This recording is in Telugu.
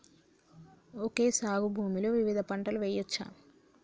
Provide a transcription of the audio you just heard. ఓకే సాగు భూమిలో వివిధ పంటలు వెయ్యచ్చా?